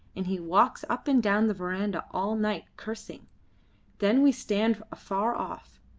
and he walks up and down the verandah all night, cursing then we stand afar off,